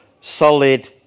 solid